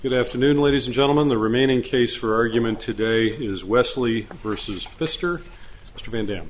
good afternoon ladies and gentlemen the remaining case for argument today is wesley vs mr mr van dam